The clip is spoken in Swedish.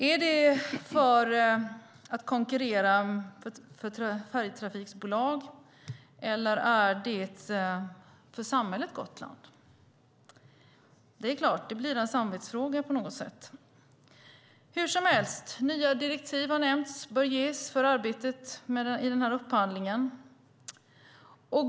Är det konkurrensen för färjetrafiksbolagen eller konkurrensen för samhället Gotland? Det blir en samvetsfråga. Det har nämnts att nya direktiv bör ges för arbetet med upphandlingen.